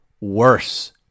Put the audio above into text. worse